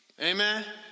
Amen